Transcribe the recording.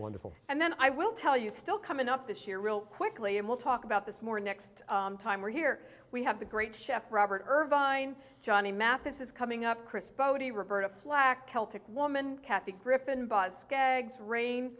wonderful and then i will tell you still coming up this year real quickly and we'll talk about this more next time we're here we have the great chef robert irvine johnny mathis is coming up chris botti roberta flack celtic woman kathy griffin boz scaggs rain